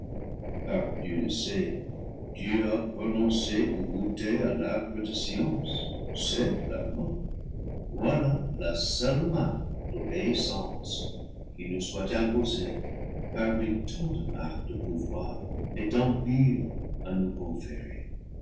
a prononcé que goûter à l'arbre de science c'est la mort voilà la seule marque d'o béissance qui nous soit imposée parmi tant de marques de pouvoir et d'empire à nous conférées